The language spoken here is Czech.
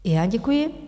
I já děkuji.